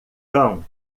cão